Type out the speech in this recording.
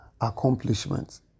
accomplishments